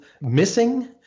missing